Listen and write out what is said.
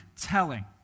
telling